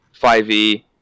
5e